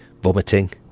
vomiting